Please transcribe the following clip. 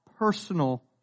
personal